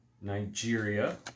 Nigeria